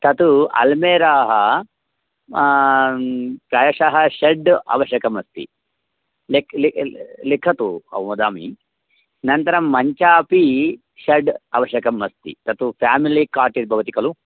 तत् अल्मेरा प्रायशः षड् आवश्यकमस्ति लिखतु अहं वदामि नन्तरं मञ्चाः अपि षड् आवश्यकाः अस्ति तत् फ़ेमिलि कार्ट् यद् भवति खलु